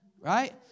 Right